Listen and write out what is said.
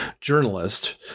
journalist